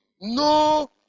No